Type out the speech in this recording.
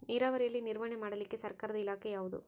ನೇರಾವರಿಯಲ್ಲಿ ನಿರ್ವಹಣೆ ಮಾಡಲಿಕ್ಕೆ ಸರ್ಕಾರದ ಇಲಾಖೆ ಯಾವುದು?